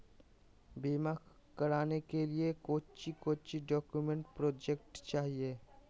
बीमा कराने के लिए कोच्चि कोच्चि डॉक्यूमेंट प्रोजेक्ट चाहिए?